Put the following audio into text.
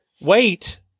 wait